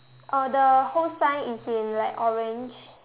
uh the whole sign is in like orange